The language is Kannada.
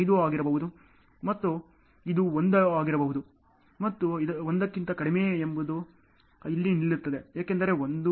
5 ಆಗಿರಬಹುದು ಮತ್ತು ಇದು 1 ಆಗಿರಬಹುದು ಮತ್ತು 1 ಕ್ಕಿಂತ ಕಡಿಮೆ ಮೌಲ್ಯಗಳನ್ನು ಸಹ ಪರಿಗಣಿಸಲಾಗುವುದಿಲ್ಲ ಎಂದು ನೀವು ಹೇಳಬಹುದು